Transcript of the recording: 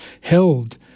held